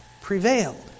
prevailed